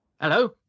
Hello